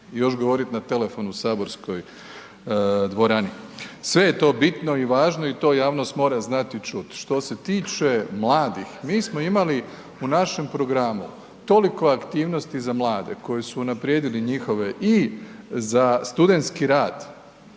još govoriti na telefonu u saborskoj dvorani. Sve je to bitno i važno i to javnost mora znat i čut. Što se tiče mladih, mi smo imali u našeg programu toliko aktivnosti za mlade koji su unaprijedili njihove i za studentski rad,